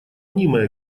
мнимая